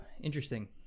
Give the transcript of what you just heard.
interesting